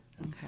Okay